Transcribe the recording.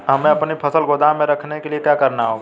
हमें अपनी फसल को गोदाम में रखने के लिये क्या करना होगा?